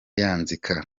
yanzika